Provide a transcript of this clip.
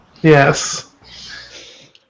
Yes